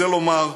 רוצה לומר,